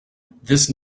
this